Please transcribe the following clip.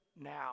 now